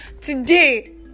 Today